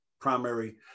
primary